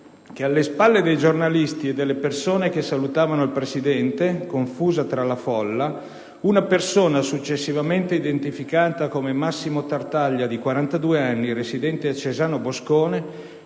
che, alle spalle dei giornalisti e delle persone che salutavano il Presidente, confusa tra la folla, una persona - successivamente identificata come Massimo Tartaglia, di 42 anni, residente a Cesano Boscone